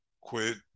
Quit